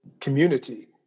community